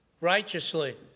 righteously